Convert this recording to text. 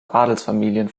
adelsfamilien